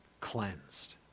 cleansed